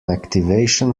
activation